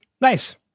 Nice